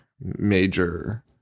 major